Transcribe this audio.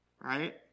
Right